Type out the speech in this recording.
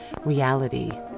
reality